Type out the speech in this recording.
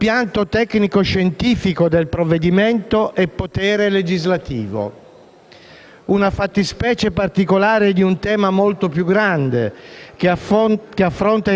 La sottile linea di confine che separa l'autonomia della scienza e il potere legislativo è stata, è e sarà oggetto di riflessioni e ricerche